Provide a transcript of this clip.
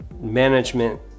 management